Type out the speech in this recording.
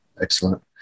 Excellent